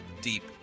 deep